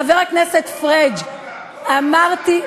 חבר הכנסת פריג', אמרתי,